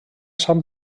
sant